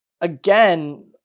Again